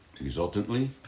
exultantly